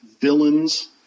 villain's